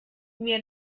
mir